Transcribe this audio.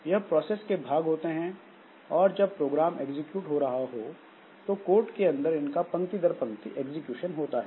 यह प्रोसेस के भाग होते हैं और जब प्रोग्राम एग्जीक्यूट हो रहा है तो कोड के अंदर इसका पंक्ति दर पंक्ति एग्जीक्यूशन होता है